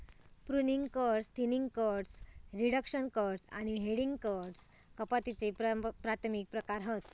pruning cuts, thinning cuts, reduction cuts आणि heading cuts कपातीचे प्राथमिक प्रकार हत